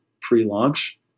pre-launch